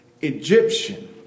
Egyptian